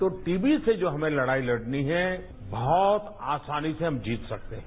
तो टीबी से जो हमें लड़ाई लड़नी है बहुत आसानी से हम जीत सकते हैं